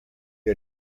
are